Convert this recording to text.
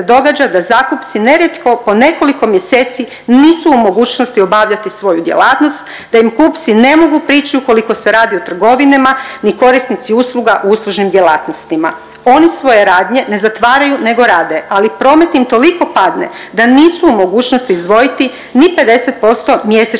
da zakupci nerijetko po nekoliko mjeseci nisu u mogućnosti obavljati svoju djelatnosti, da im kupci ne mogu prići ukoliko se radi o trgovinama, ni korisnici usluga u uslužnim djelatnostima. Oni svoje radnje ne zatvaraju nego rade, ali promet im toliko padne da nisu u mogućnosti izdvojiti ni 50% mjesečnog iznosa